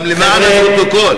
גם למען הפרוטוקול,